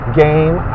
game